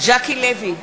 ז'קי לוי,